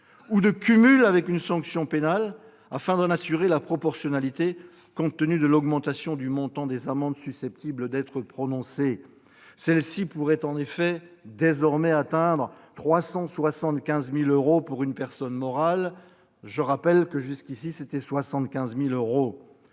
ou de cumul avec une sanction pénale, afin d'en assurer la proportionnalité, compte tenu de l'augmentation du montant des amendes susceptibles d'être prononcées. Celles-ci pourraient en effet désormais atteindre 375 000 euros pour une personne morale, contre 75 000 euros